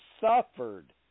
suffered